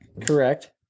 Correct